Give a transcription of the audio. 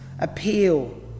appeal